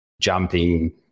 jumping